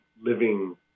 living